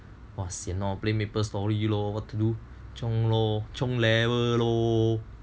!wah! sian lor play Maple story lor what to do chiong loh chiong level lor